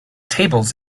tables